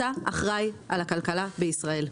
אתה אחראי על הכלכלה בישראל,